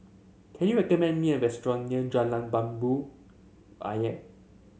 can you recommend me a restaurant near Jalan Jambu Ayer